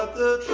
ah the